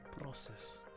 process